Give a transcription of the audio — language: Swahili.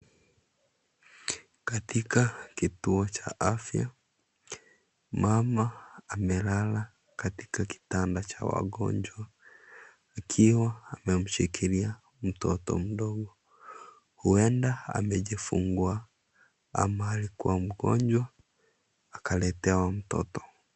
Katika kituo cha afya mama amelala katika kitanda cha wagonjwa akiwa amemshikilia mtoto mdogo , huenda amejifungua ama alikiwa mgonjwa amaletewa mtoto.